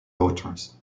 daughters